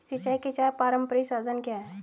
सिंचाई के चार पारंपरिक साधन क्या हैं?